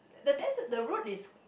the des~ the route is